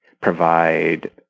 provide